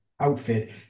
Outfit